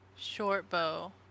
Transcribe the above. shortbow